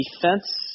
defense